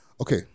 Okay